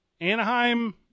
Anaheim